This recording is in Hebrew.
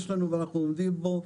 יש לנו אותו ואנחנו עומדים בו.